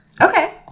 Okay